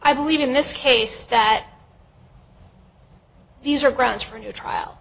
i believe in this case that these are grounds for a new trial